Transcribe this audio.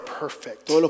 perfect